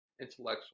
intellectual